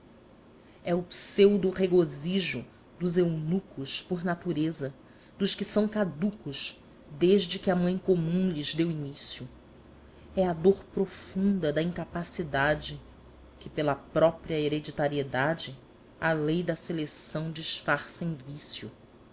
é o pseudo regozijo dos eunucos por natureza dos que são caducos desde que a mãe comum lhes deu início é a dor profunda da incapacidade que pela própria hereditariedade a lei da seleção disfarça em vício